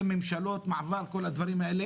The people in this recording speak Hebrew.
היו ממשלות מעבר וכן הלאה,